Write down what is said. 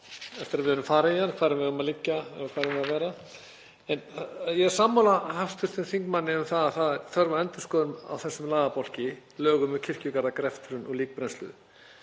eftir að við erum farin héðan, hvar við eigum að liggja, hvar við eigum að vera. Ég er sammála hv. þingmanni um að það er þörf á endurskoðun á þessum lagabálki, lögum um kirkjugarða, greftrun og líkbrennslu.